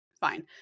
fine